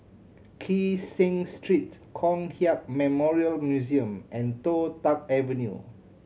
Kee Seng Street Kong Hiap Memorial Museum and Toh Tuck Avenue